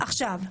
עכשיו,